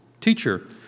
Teacher